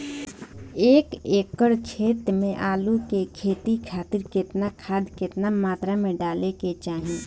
एक एकड़ खेत मे आलू के खेती खातिर केतना खाद केतना मात्रा मे डाले के चाही?